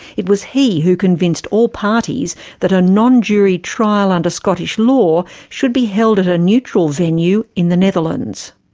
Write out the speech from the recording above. it was he who convinced all parties that a non-jury trial under scottish law should be held at a neutral venue in the netherlands.